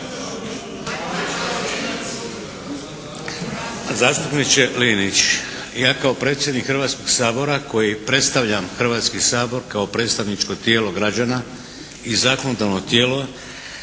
Zastupniče Linić. Ja kao predsjednik Hrvatskog sabora koji predstavljam Hrvatski sabor kao predstavničko tijelo građana i zakonodavno tijelo